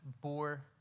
bore